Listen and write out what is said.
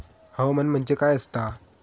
हवामान म्हणजे काय असता?